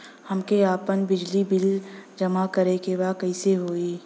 हमके आपन बिजली के बिल जमा करे के बा कैसे होई?